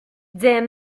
des